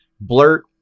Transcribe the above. blurt